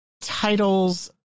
titles